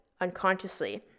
unconsciously